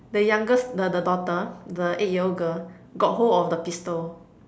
the youngest the the daughter the eight year old girl got hold of the pistol